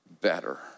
better